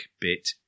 bit